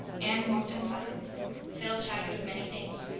anne walked in silence phil chattered of many things.